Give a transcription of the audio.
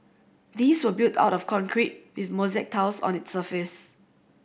these were built out of concrete with mosaic tiles on its surface